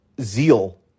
zeal